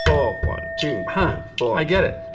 four. one, two. hi. oh, i get it.